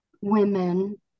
women